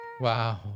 Wow